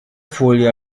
folie